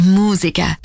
musica